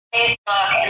Facebook